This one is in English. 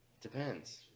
depends